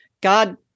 God